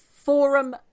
forum